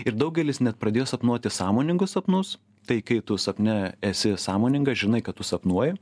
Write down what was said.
ir daugelis net pradėjo sapnuoti sąmoningus sapnus tai kai tu sapne esi sąmoningas žinai kad tu sapnuoji